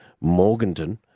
Morganton